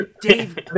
Dave